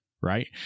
right